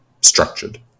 structured